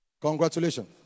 congratulations